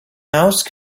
mouse